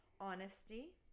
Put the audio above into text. honesty